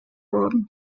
worden